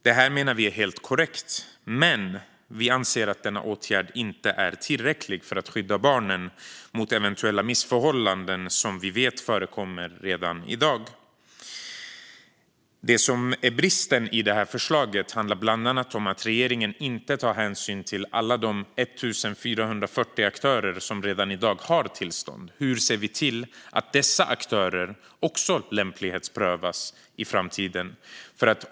Det menar vi är helt korrekt, men vi anser att denna åtgärd inte är tillräcklig för att skydda barnen från missförhållanden som vi vet förekommer redan i dag. Bristen i förslaget handlar bland annat om att regeringen inte tar hänsyn till alla de 1 440 aktörer som redan i dag har tillstånd. Hur ser vi till att också dessa aktörer lämplighetsprövas i framtiden?